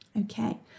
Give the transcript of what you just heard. okay